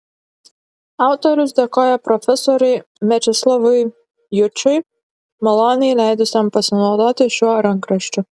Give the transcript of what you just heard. autorius dėkoja profesoriui mečislovui jučui maloniai leidusiam pasinaudoti šiuo rankraščiu